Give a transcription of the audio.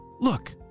Look